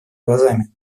глазами